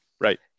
Right